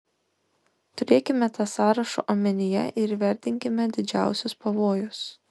turėkime tą sąrašą omenyje ir įvertinkime didžiausius pavojus